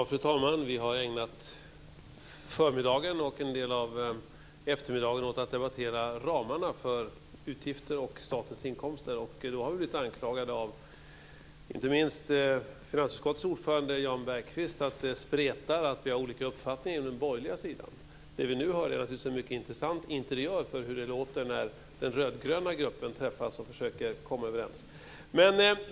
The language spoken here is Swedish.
Fru talman! Vi har ägnat förmiddagen och en del av eftermiddagen åt att debattera ramarna för statens utgifter och inkomster. Vi har blivit anklagade av inte minst finansutskottets ordförande Jan Bergqvist för att det spretar och för att vi har olika uppfattning på den borgerliga sidan. Det vi nu hör är mycket intressant. Så låter det när den rödgröna gruppen träffas och försöker komma överens.